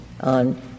on